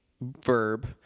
verb